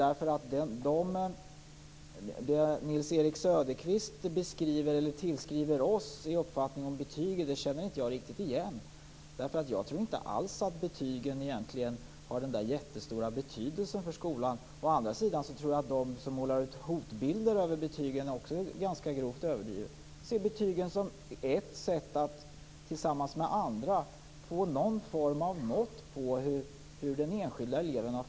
Det Nils-Erik Söderqvist tillskriver oss i uppfattning om betygen känner inte jag riktigt igen. Jag tror inte alls att betygen egentligen har den där jättestora betydelsen för skolan. Däremot tror jag att de som målar hotbilder av betygen också överdriver ganska grovt. Jag ser betygen som ett sätt tillsammans med andra att få någon form av mått på vilken kunskap den enskilda eleven har.